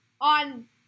on